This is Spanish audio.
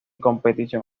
competición